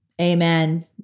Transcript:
Amen